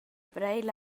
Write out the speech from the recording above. breil